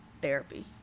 therapy